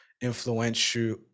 influential